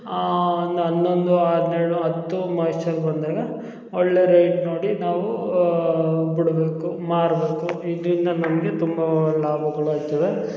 ಆ ಒಂದು ಹನ್ನೊಂದು ಹನ್ನೆರಡು ಹತ್ತು ಮಾಯ್ಶ್ಚರ್ರ್ ಬಂದಾಗ ಒಳ್ಳೆಯ ರೇಟ್ ನೋಡಿ ನಾವು ಬಿಡಬೇಕು ಮಾರಬೇಕು ಇದರಿಂದ ನಮಗೆ ತುಂಬ ಲಾಭಗಳು ಆಗ್ತವೆ